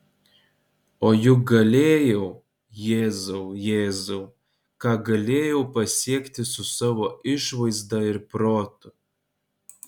o juk galėjau jėzau jėzau ką galėjau pasiekti su savo išvaizda ir protu